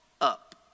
up